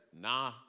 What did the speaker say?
nah